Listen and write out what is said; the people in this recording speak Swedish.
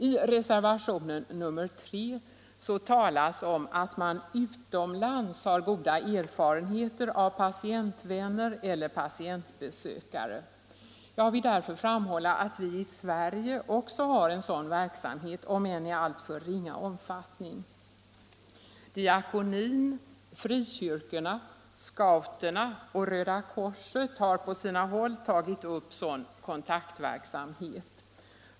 I reservationen 3 talas om att man utomlands har goda erfarenheter av patientvänner eller patientbesökare. Jag vill därför framhålla att vi i Sverige också har en sådan verksamhet, om än i alltför ringa omfattning. Diakonin, frikyrkorna, scouterna och Röda korset har på sina håll tagit upp sådan kontaktverksamhet.